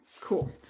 cool